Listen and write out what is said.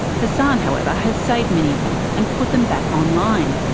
hassan, however, has saved many of them, and put them back online.